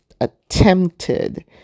attempted